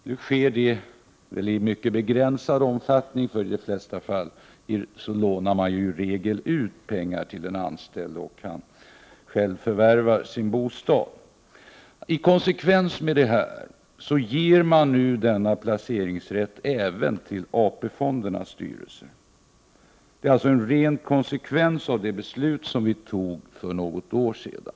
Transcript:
Nu sker det i mycket begränsad omfattning, eftersom bankerna i de flesta fall lånar ut pengar till de anställda så att de själva kan förvärva sin bostad. I konsekvens med detta ger man denna placeringsrätt även till AP fondernas styrelser. Detta är alltså en ren konsekvens av det beslut som vi fattade för något år sedan.